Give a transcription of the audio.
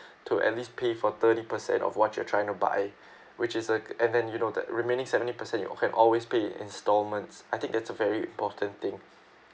to at least pay for thirty percent of what you're trying to buy which is uh and then you know that remaining seventy percent you can always pay in installments I think it's a very important thing